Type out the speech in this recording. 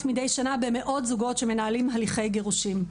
מידי שנה במאות זוגות שמנהלים הליכי גירושים.